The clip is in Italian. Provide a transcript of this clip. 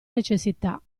necessità